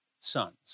sons